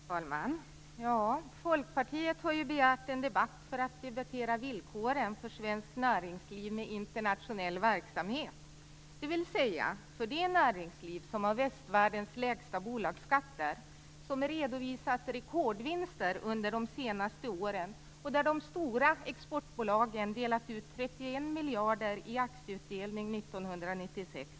Fru talman! Folkpartiet har begärt en debatt för att vi skall debattera villkoren för svenskt näringsliv med internationell verksamhet, dvs. för det näringsliv som har västvärldens lägsta bolagsskatter och som redovisat rekordvinster under de senaste åren. De stora exportbolagen har delat ut 31 miljarder i aktieutdelning 1996.